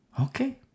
okay